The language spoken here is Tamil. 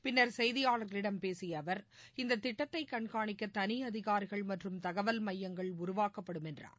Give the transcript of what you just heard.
பின்னர் செய்தியாளர்களிடம் பேசிய அவர் இந்த திட்டத்தை கண்காணிக்க தனி அதிகாரிகள் மற்றம் தகவல் மையங்கள் உருவாக்கப்படும் என்றார்